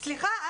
סליחה,